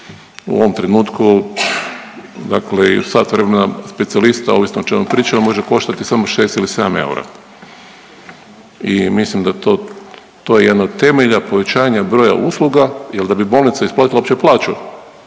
U ovom trenutku dakle i sat vremena specijalista ovisno o čemu pričamo može koštati samo šest ili sedam eura i mislim da to je jedno od temelja povećanja broja usluga jel da bi bolnica isplatila uopće plaću